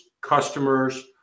customers